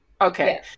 Okay